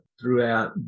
throughout